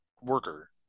worker